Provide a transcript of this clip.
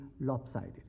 lopsided